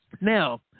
Now